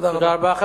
תודה רבה.